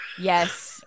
Yes